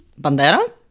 Bandera